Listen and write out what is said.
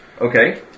Okay